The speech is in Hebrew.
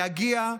להגיע,